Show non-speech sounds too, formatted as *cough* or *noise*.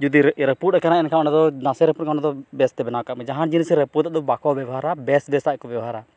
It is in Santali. ᱡᱩᱫᱤ *unintelligible* ᱨᱟᱹᱯᱩᱫ ᱟᱠᱟᱱᱟ ᱮᱱᱠᱷᱟᱱ ᱚᱱᱟ ᱫᱚ ᱱᱟᱥᱮ ᱨᱟᱹᱯᱩᱫ ᱠᱟᱱᱟ ᱚᱱᱟ ᱫᱚ ᱵᱮᱥᱛᱮ ᱵᱮᱱᱟᱣ ᱠᱟᱜᱢᱮ ᱡᱟᱦᱟᱱ ᱡᱤᱱᱤᱥ ᱜᱮ ᱯᱩᱨᱟᱹ ᱫᱚ ᱵᱟᱠᱚ ᱵᱮᱵᱚᱦᱟᱨᱟ ᱵᱮᱥ ᱵᱮᱥᱟᱜ ᱜᱮᱠᱚ ᱵᱮᱵᱚᱦᱟᱨᱟ